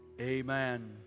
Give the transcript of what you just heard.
amen